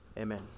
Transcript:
Amen